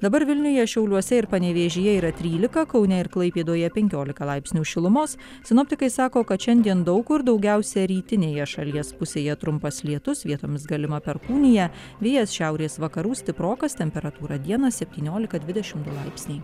dabar vilniuje šiauliuose ir panevėžyje yra trylika kaune ir klaipėdoje penkiolika laipsnių šilumos sinoptikai sako kad šiandien daug kur daugiausia rytinėje šalies pusėje trumpas lietus vietomis galima perkūnija vėjas šiaurės vakarų stiprokas temperatūra dieną seotyniolika dvidešim du laipsniai